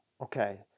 Okay